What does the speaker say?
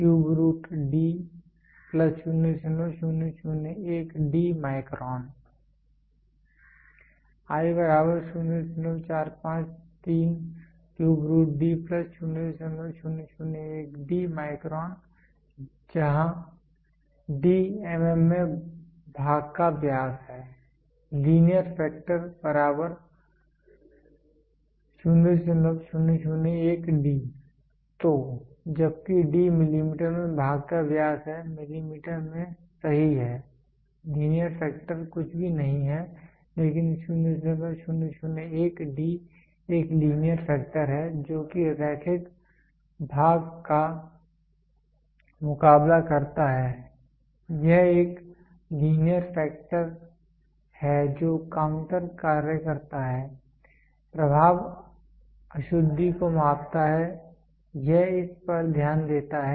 i 0453 micron micron जहाँ D mm में भाग का व्यास है लीनियर फैक्टर 0001D तो जबकि D मिलीमीटर में भाग का व्यास है मिलीमीटर में सही है लीनियर फैक्टर कुछ भी नहीं है लेकिन 0001 D एक लीनियर फैक्टर है जो कि रैखिक भाग का मुकाबला करता है यह एक लीनियर फैक्टर है जो काउंटर कार्य करता है प्रभाव अशुद्धि को मापता है यह इस पर ध्यान देता है